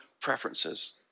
preferences